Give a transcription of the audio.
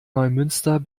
neumünster